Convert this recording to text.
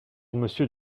monsieur